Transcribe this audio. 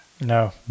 No